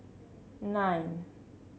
nine